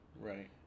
Right